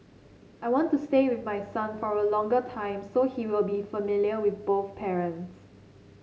I want to stay with my son for a longer time so he will be familiar with both parents